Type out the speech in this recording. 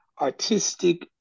artistic